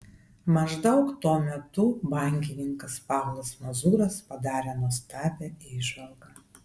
maždaug tuo metu bankininkas paulas mazuras padarė nuostabią įžvalgą